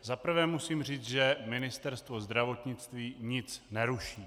Za prvé musím říct, že Ministerstvo zdravotnictví nic neruší.